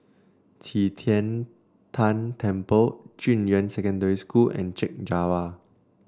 Qi Tian Tan Temple Junyuan Secondary School and Chek Jawa